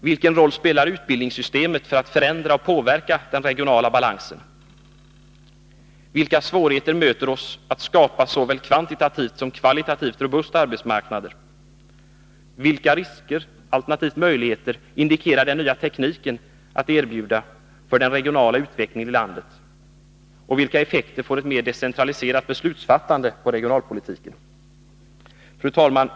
Vilken roll spelar utbildningssystemet för att förändra och påverka den regionala balansen? Vilka svårigheter möter oss i skapandet av såväl kvantitativt som kvalitativt robusta arbetsmarknader? Vilka risker alternativt möjligheter indikerar den nya tekniken att erbjuda för den regionala utvecklingen i landet? Vilka effekter får ett mer decentraliserat beslutsfattande på regionalpolitiken? Fru talman!